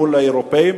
מול האירופים.